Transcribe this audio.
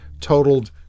totaled